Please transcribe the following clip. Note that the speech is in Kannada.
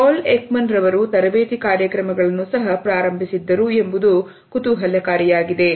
Paul Ekman ಅವರು ತರಬೇತಿ ಕಾರ್ಯಕ್ರಮಗಳನ್ನು ಸಹ ಪ್ರಾರಂಭಿಸಿದ್ದರು ಎಂಬುದು ಕುತೂಹಲಕಾರಿಯಾಗಿದೆ